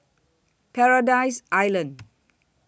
Paradise Island